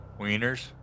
Wieners